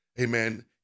amen